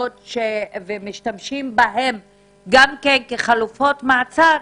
ומשתמשים בהן גם כן כחלופות מעצר,